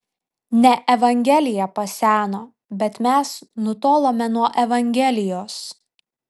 ne evangelija paseno bet mes nutolome nuo evangelijos